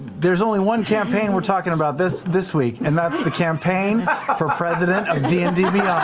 there's only one campaign we're talking about this this week and that's the campaign for president of d and d beyond.